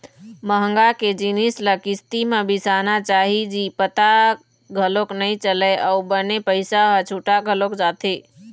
महँगा के जिनिस ल किस्ती म बिसाना चाही जी पता घलोक नइ चलय अउ बने पइसा ह छुटा घलोक जाथे